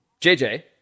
JJ